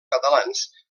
catalans